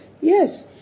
Yes